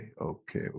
Okay